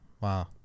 Wow